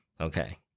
Okay